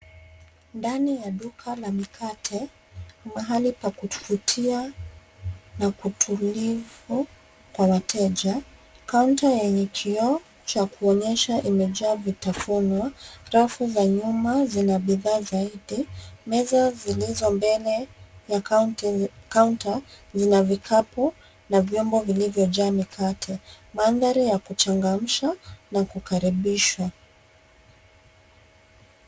Ndani ya duka la mikate, mahali pa kuvutia na kutulivu kwa wateja, kaunta yenye kioo cha kuonyesha imejaa vitafunwa rafu za nyuma zina bidhaa zaidi. Meza zilizo mbele ya kaunta zina vikapu na vyombo vilivyojaa mikate, mandhari ya kuchangamsha na kukaribishwa.